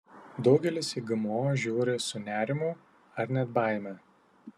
daugelis į gmo žiūri su nerimu ar net baime